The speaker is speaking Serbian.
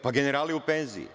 Pa, generalni u penziji.